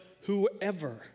whoever